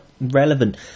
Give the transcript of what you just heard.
relevant